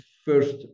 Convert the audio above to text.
first